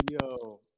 yo